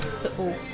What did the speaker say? Football